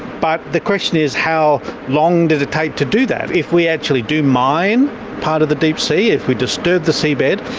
but the question is how long did it take to do that? if we actually do mine part of the deep sea, if we disturb the seabed,